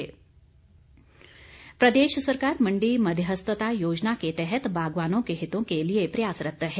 गणेशदत्त प्रदेश सरकार मण्डी मध्यस्थता योजना के तहत बागवानों के हितों के लिए प्रयासरत है